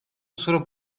solo